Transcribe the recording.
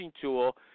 tool